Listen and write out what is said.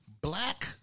black